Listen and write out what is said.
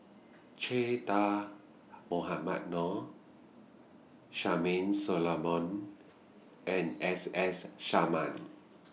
Che Dah Mohamed Noor Charmaine Solomon and S S Sarma